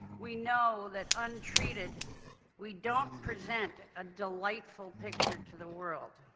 we know that untreated we don't present a delightful picture to the world.